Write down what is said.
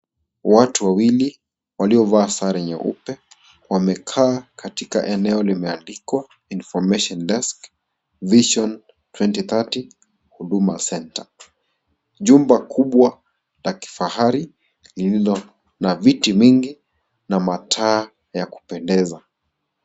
Watu wawili waliovaa sare nyeupe wamekaa katika eneo limeandikwa information desk vision 2030 huduma center . Jumba kubwa la kifahari lililo na viti mingi na mataa ya kupendeza.